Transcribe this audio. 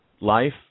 life